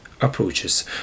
approaches